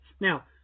Now